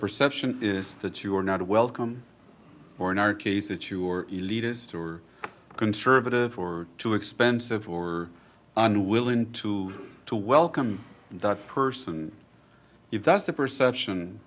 perception is that you're not welcome or in our case that you're elitist or conservative or too expensive or unwilling to to welcome that person if that's the perception